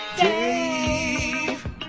Dave